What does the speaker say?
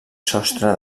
sostre